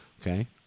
Okay